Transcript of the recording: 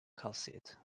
calcite